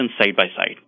side-by-side